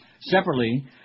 Separately